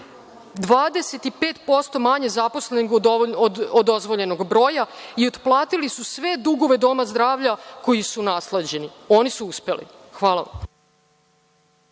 25%, manje zaposlenih od dozvoljenog broja i otplatili su sve dugove doma zdravlja koji su nasleđeni. Oni su uspeli. Hvala